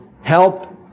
help